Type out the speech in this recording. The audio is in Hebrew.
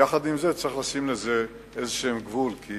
יחד עם זה, צריך לשים לזה איזה גבול, כי